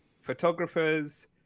Photographers